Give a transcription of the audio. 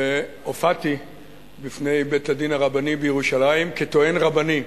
הופעתי בפני בית-הדין הרבני בירושלים כטוען רבני,